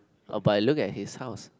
but I look at his house